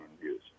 views